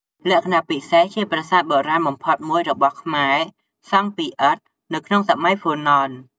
លក្ខណៈពិសេស ជាប្រាសាទបុរាណបំផុតមួយរបស់ខ្មែរ សង់ពីឥដ្ឋនៅក្នុងសម័យហ្វូណន។